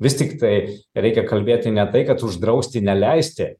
vis tiktai reikia kalbėti ne tai kad uždrausti neleisti